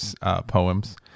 poems